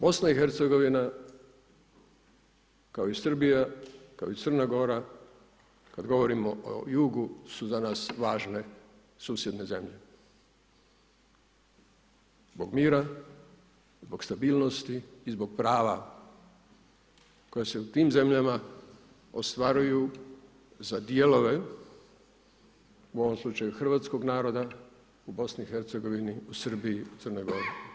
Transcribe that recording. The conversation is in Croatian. BiH-a kao i Srbija, kao i Crna Gora, kada govorimo o jugu su za nas važne susjedne zemlje zbog mira, zbog stabilnosti i zbog prava koja se u tim zemljama ostvaruju za dijelove, u ovom slučaju hrvatskog naroda u BiH, u Srbiji, u Crnoj Gori.